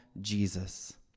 Jesus